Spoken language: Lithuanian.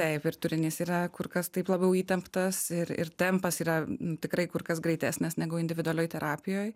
taip ir turinys yra kur kas taip labiau įtemptas ir ir tempas yra tikrai kur kas greitesnis negu individualioj terapijoj